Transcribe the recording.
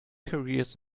careers